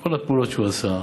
את כל הפעולות שהוא עשה.